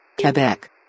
Quebec